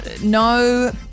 no